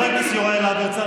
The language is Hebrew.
חבר הכנסת יוראי להב הרצנו,